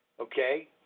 Okay